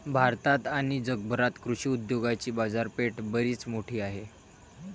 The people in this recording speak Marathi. भारतात आणि जगभरात कृषी उद्योगाची बाजारपेठ बरीच मोठी आहे